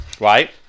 Right